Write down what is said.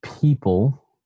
people